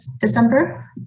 December